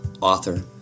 author